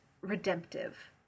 redemptive